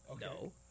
No